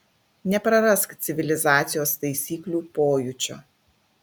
neprarask civilizacijos taisyklių pojūčio